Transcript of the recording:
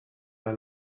der